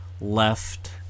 left